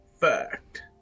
fact